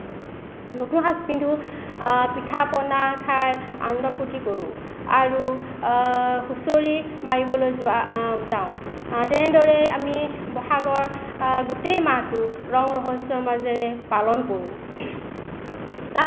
নতুন সাজ পিন্ধো পিঠা পনা খাই আনন্দ ফুৰ্তি কৰোঁ আৰু হুঁচৰি মাৰিবলৈ যাওঁ তেনেদৰে আমি ব'হাগৰ গোটেই মাহটো ৰং ৰহইচৰ মাজেৰে পালন কৰোঁ